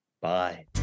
Bye